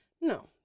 No